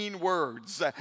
words